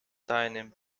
deinem